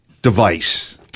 Device